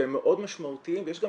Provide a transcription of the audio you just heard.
והם מאוד משמעותיים, ויש גם